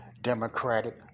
democratic